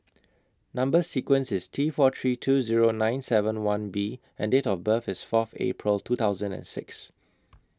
Number sequence IS T four three two Zero nine seven one B and Date of birth IS Fourth April two thousand and six